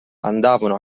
andavano